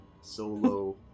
solo